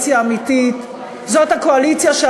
זאת הקואליציה האמיתית,